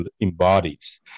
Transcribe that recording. embodies